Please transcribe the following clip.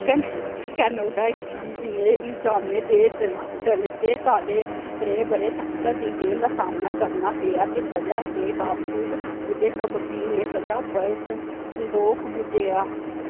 कन कैनोडा गी इ'नें इलजामें दे दल दलचे साड्डे त्रै ब'रें तक्कर दी जेल दा सामना करना पेआ ते स'जा के बावजूद उं'दे इक वक़ील ने स'जा पर संदोख बुज्झेआ